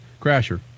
Crasher